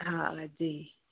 हा जी